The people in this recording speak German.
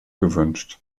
gewünscht